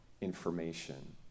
information